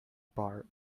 bar